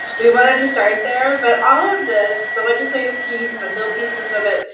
we wanted to start there, but all of this, the legislative piece and the bill pieces of it,